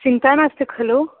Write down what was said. चिन्ता नास्ति खलु